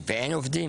ואין עובדים